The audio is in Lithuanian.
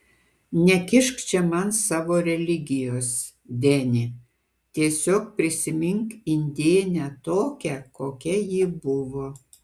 nekišk čia man savo religijos deni tiesiog prisimink indėnę tokią kokia ji buvo